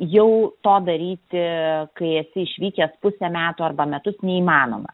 jau to daryti kai esi išvykęs pusę metų arba metus neįmanoma